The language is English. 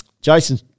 Jason